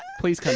please